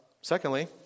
Secondly